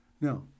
Now